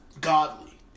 godly